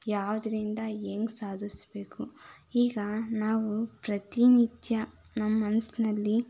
ಯಾವುದ್ರಿಂದ ಹೆಂಗ್ ಸಾಧಿಸಬೇಕು ಈಗ ನಾವು ಪ್ರತಿನಿತ್ಯ ನಮ್ಮ ಮನ್ಸಿನಲ್ಲಿ